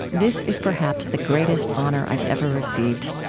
this is perhaps the greatest honor i've ever received.